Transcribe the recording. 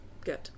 Good